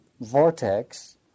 vortex